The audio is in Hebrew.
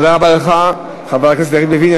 תודה רבה לך, חבר הכנסת יריב לוין.